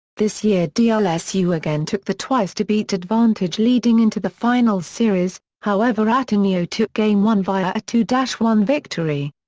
this year dlsu again took the twice to beat advantage leading into the finals series, however ateneo took game one via a two one victory.